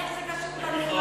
איך זה קשור לנאמנות?